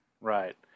right